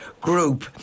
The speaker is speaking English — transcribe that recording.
Group